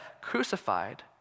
crucified